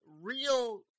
real